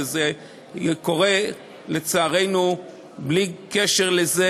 וזה קורה לצערנו בלי קשר לזה.